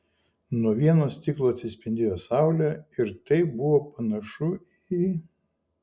nuo vieno stiklo atsispindėjo saulė ir tai buvo panašu į